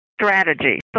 strategy